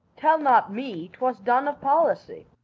tell not me twas done of policy.